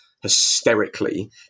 hysterically